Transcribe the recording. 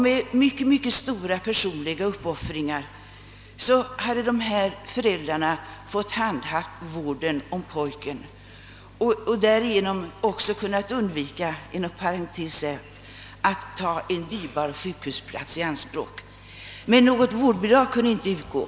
Med mycket stora personliga uppoffringar hade föräldrarna vårdat pojken och därigenom, inom parentes sagt, kunnat undvika att ta en dyrbar sjukhusplats i anspråk. Något vårdbidrag kunde alltså inte utgå.